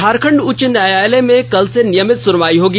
झारखंड उच्च न्यायालय में कल से नियमित सुनवाई होगी